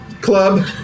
club